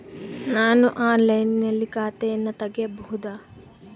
ನಾನು ಆನ್ಲೈನಿನಲ್ಲಿ ಖಾತೆಯನ್ನ ತೆಗೆಯಬಹುದಾ?